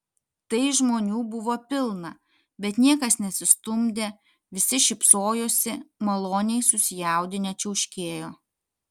tai žmonių buvo pilna bet niekas nesistumdė visi šypsojosi maloniai susijaudinę čiauškėjo